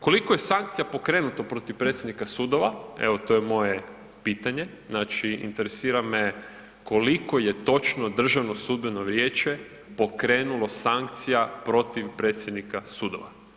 Koliko je sankcija pokrenuto protiv predsjednika sudova, evo, to je moje pitanje, znači interesira me koliko je točno Državno sudbeno vijeće pokrenulo sankcija protiv predsjednika sudova.